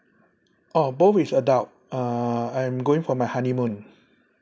orh both is adult uh I'm going for my honeymoon